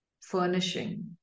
furnishing